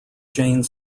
jane